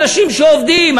אנשים שעובדים,